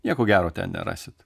nieko gero ten nerasit